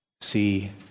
see